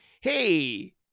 hey